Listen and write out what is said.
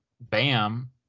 Bam